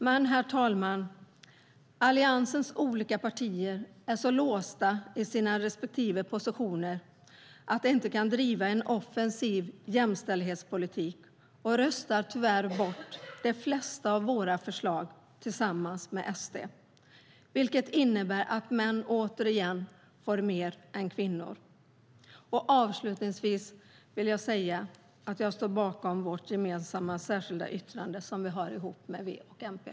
Men Alliansens olika partier är så låsta i sina respektive positioner att de inte kan driva en offensiv jämställdhetspolitik och röstar tyvärr bort de flesta av våra förslag tillsammans med SD, vilket innebär att män återigen får mer än kvinnor. Avslutningsvis vill jag säga att jag står bakom vårt gemensamma särskilda yttrande som vi har tillsammans med V och MP.